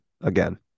again